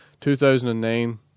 2009